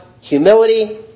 humility